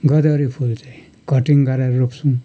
गोदावरी फुल चाहिँ कटिङ गरेर रोप्छौँ